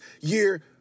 year